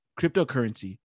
cryptocurrency